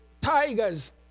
tigers